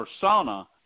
persona